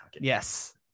Yes